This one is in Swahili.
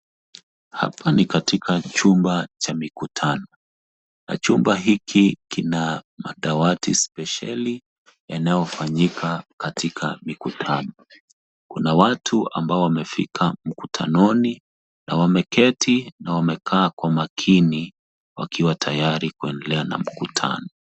Hapa ni katika chumba cha mikutano na chumba hiki kina madawati spesheli yanayofanyika katika mikutano. Kuna watu ambao wamefika mkutanoni na wameketi na wamekaa kwa makini wakiwa tayari kuendelea na mkutano.